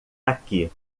aqui